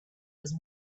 was